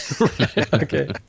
Okay